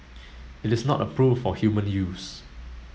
it is not approved for human use